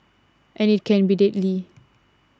and it can be deadly